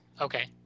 Okay